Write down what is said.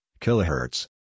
kilohertz